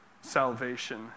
salvation